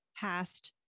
past